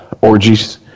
orgies